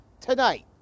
tonight